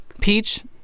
Peach